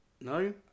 no